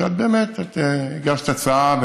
את באמת הגשת הצעה,